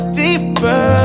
deeper